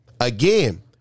again